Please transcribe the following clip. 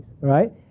Right